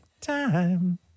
time